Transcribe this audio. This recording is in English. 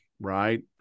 right